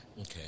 okay